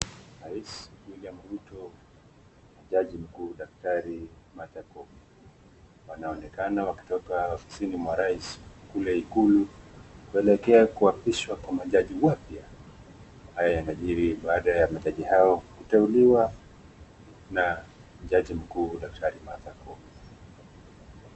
Rais Willam ruto na jaji mkuu Martha koome wanaonekana wakitoka ofisini mwa rais kule ikulu kupelekea kiapishwa Kwa majaji wapya haya yanajiri badaa ya majaji hao kuteuliwa na jaji mkuu daktari Martha koome